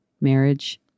marriage